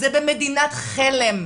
זה במדינת חלם,